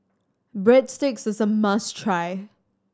breadsticks is a must try